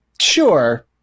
Sure